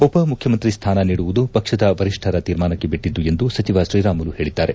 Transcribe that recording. ಉಪಮುಖ್ಯಮಂತ್ರಿ ಸ್ವಾನ ನೀಡುವುದು ಪಕ್ಷದ ವರಿಷ್ಠರ ತೀರ್ಮಾನಕ್ಕೆ ಬಿಟ್ಟದ್ದು ಎಂದು ಸಚಿವ ಶ್ರೀರಾಮುಲು ಹೇಳಿದ್ದಾರೆ